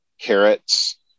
carrots